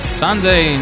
sunday